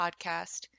Podcast